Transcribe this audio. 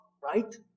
right